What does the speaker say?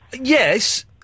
yes